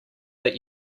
that